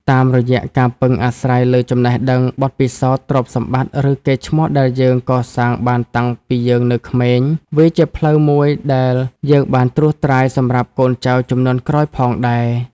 តាមរយៈការពឹងអាស្រ័យលើចំណេះដឹង បទពិសោធន៍ ទ្រព្យសម្បត្តិ ឬកេរ្ដិ៍ឈ្មោះដែលយើងកសាងបានតាំងពីយើងនៅក្មេង វាជាផ្លូវមួយដែលយើងបានត្រួសត្រាយសម្រាប់កូនចៅជំនាន់ក្រោយផងដែរ។